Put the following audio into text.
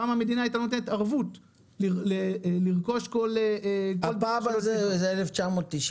פעם המדינה הייתה נותנת ערבות לרכוש --- הפעם הזאת זה 1,990,